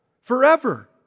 forever